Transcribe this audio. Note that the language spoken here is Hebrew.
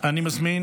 אני מזמין